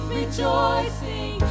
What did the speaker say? rejoicing